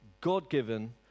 God-given